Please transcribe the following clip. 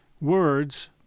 words